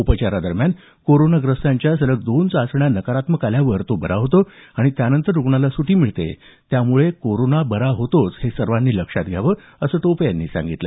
उपचारादरम्यान कोरोनाग्रस्तांच्या सलग दोन चाचण्या नकारात्मक आल्यावर तो बरा होतो आणि त्यानंतर रुग्णाला सुटी मिळते त्यामुळे कोरोना बरा होतोच हे सर्वांनी लक्षात घ्यावं असं टोपे यांनी सांगितलं